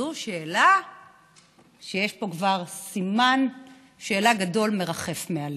זו שאלה שיש כבר סימן שאלה גדול מרחף מעליה.